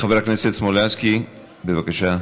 חבר הכנסת סמולינסקי, בבקשה.